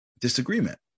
disagreement